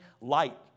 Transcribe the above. light